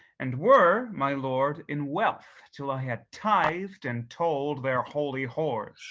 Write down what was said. and were, my lord, in wealth, till i had tithed and told their holy hoards.